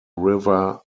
river